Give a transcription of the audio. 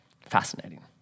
Fascinating